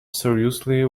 seriously